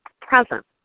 present